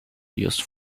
used